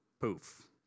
Poof